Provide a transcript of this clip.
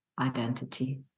identity